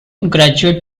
graduate